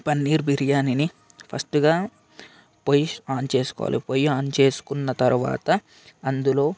పన్నీర్ బిర్యానిని ఫస్ట్గా పోయి ఆన్ చేసుకోలి పొయ్యి ఆన్ చేసుకున్న తర్వాత అందులో